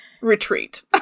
retreat